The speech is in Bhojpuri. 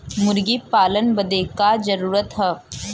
मुर्गी पालन बदे का का जरूरी ह?